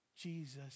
Jesus